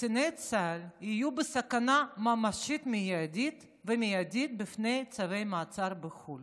וקציני צה"ל יהיו בסכנה ממשית ומיידית מפני צווי מעצר בחו"ל.